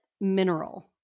mineral